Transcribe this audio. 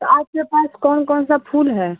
तो आपके पास कौन कौन सा फूल है